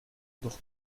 doch